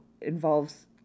involves